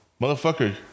motherfucker